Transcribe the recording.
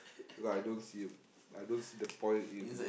because I don't see a I don't see the point in